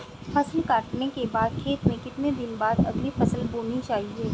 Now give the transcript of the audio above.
फसल काटने के बाद खेत में कितने दिन बाद अगली फसल बोनी चाहिये?